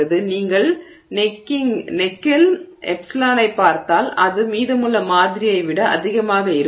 எனவே நீங்கள் கழுத்தில் ε ஐப் பார்த்தால் இது மீதமுள்ள மாதிரியின் ε ஐ விட அதிகமாக இருக்கும்